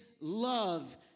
love